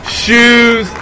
shoes